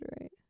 right